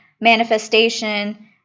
manifestation